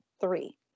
three